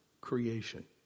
creation